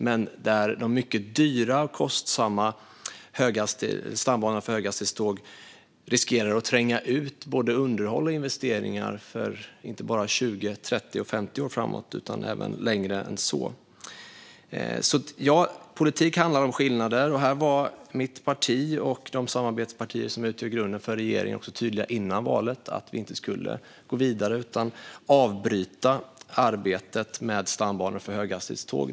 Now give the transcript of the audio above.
Men det är också där de mycket dyra och kostsamma stambanorna för höghastighetståg riskerar att tränga ut både underhåll och investeringar för inte bara 20, 30 och 50 år framåt utan även längre än så. Ja, politik handlar om skillnader. Här var mitt parti och de samarbetspartier som utgör grunden för regeringen tydliga före valet med att vi inte skulle gå vidare, utan avbryta arbetet med stambanor för höghastighetståg.